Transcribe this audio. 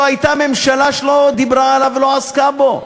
הייתה ממשלה שלא דיברה עליו ולא עסקה בו.